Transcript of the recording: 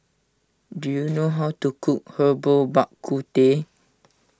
do you know how to cook Herbal Bak Ku Teh